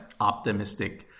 optimistic